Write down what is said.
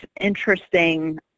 interesting